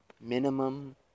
minimum